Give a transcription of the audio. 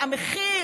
לממלכתיות,